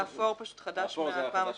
האפור חדש מהפעם הקודמת.